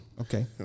okay